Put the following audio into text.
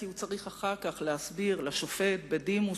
כי הוא צריך אחר כך להסביר לשופט בדימוס